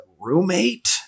roommate